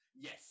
Yes